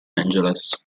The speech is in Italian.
angeles